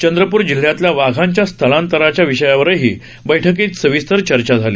चंद्रपूर जिल्ह्यातल्या वाघांच्या स्थलांतरणाच्या विषयावरही बैठकीत सविस्तर चर्चा झाली